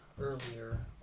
earlier